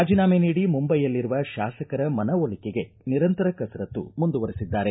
ರಾಜಿನಾಮೆ ನೀಡಿ ಮುಂಬೈನಲ್ಲಿರುವ ತಾಸಕರ ಮನವೊಲಿಕೆಗೆ ನಿರಂತರ ಕಸರತ್ತು ಮುಂದುವರೆಸಿದ್ದಾರೆ